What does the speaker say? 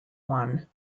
one